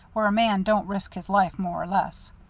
where a man don't risk his life more or less.